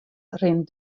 rint